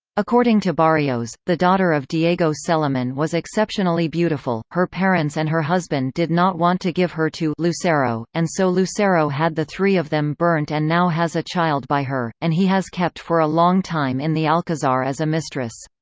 according to barrios, the daughter of diego celemin was exceptionally beautiful, her parents and her husband did not want to give her to lucero, and so lucero had the three of them burnt and now has a child by her, and he has kept for a long time in the alcazar as a mistress.